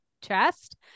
chest